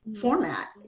format